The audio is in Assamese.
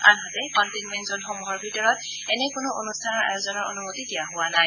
আনহাতে কনটেইনমেণ্ট জনসমূহৰ ভিতৰত এনে কোনো অনুষ্ঠান আয়োজনৰ অনুমতি দিয়া হোৱা নাই